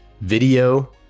video